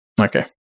okay